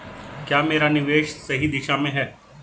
क्या मेरा निवेश सही दिशा में है?